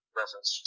reference